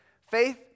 Faith